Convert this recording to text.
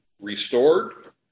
restored